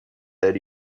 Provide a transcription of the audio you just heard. that